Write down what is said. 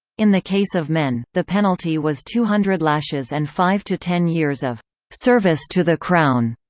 in the case of men, the penalty was two hundred lashes and five to ten years of service to the crown.